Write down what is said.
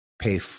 pay